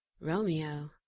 Romeo